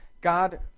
God